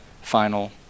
final